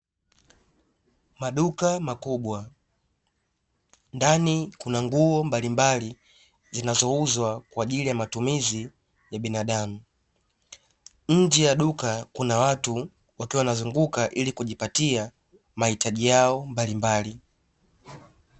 Maduka makubwa ndani kuna nguo mbalimbali zinazouzwa kwa ajili ya matumizi ya binadamu. Nje ya duka kuna watu wakiwa wanazunguka ili kujipatia mahitaji yao mbalimbali.